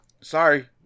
sorry